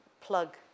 plug